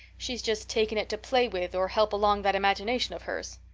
she's just taken it to play with or help along that imagination of hers.